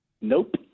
Nope